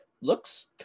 looks